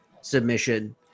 submission